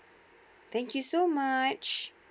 thank you so much